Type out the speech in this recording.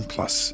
Plus